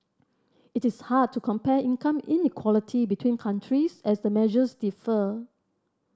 it is hard to compare income inequality between countries as the measures differ